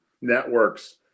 networks